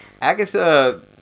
Agatha